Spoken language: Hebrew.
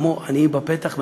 כמו עניים בפתח,